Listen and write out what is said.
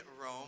Rome